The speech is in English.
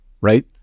right